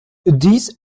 dies